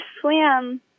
swam